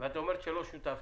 ואת אומרת שלא שותפתם?